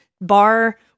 Bar